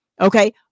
Okay